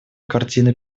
картины